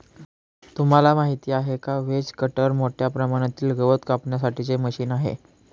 तुम्हाला माहिती आहे का? व्हेज कटर मोठ्या प्रमाणातील गवत कापण्यासाठी चे मशीन आहे